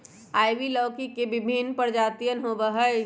ivy लौकी के विभिन्न प्रजातियन होबा हई